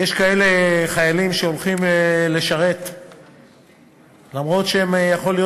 יש חיילים שהולכים לשרת אף-על-פי שיכול להיות